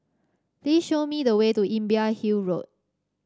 please show me the way to Imbiah Hill Road